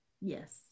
Yes